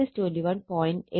8o 120o